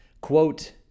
quote